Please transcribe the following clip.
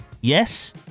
Yes